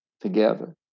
together